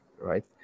right